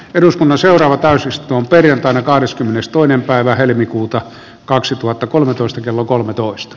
eduskunnan seuraava täysistun perjantaina kahdeskymmenestoinen päivä helmikuuta kaksituhattakolmetoista kello kolmetoista